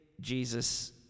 Jesus